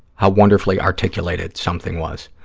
how wonderfully articulated something was.